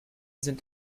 sind